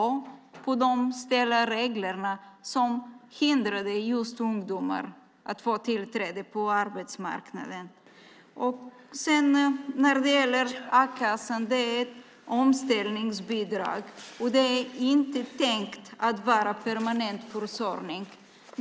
Det berodde på de stela regler som hindrade just ungdomar att få tillträde till arbetsmarknaden. När det sedan gäller a-kassan är det ett omställningsbidrag, och det är inte tänkt att vara permanent försörjning.